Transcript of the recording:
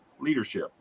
leadership